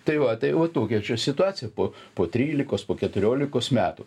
tai va tai va tokia situacija po po trylikos po keturiolikos metų